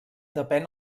depèn